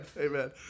amen